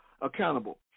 accountable